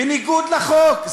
בניגוד לחוק.